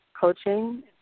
coaching